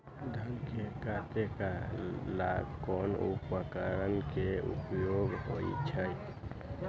धान के काटे का ला कोंन उपकरण के उपयोग होइ छइ?